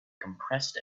compressed